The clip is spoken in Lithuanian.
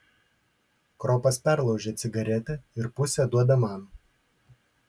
kropas perlaužia cigaretę ir pusę duoda man